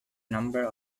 number